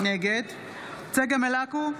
נגד צגה מלקו,